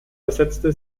besetzte